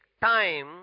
time